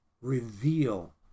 reveal